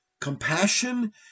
compassion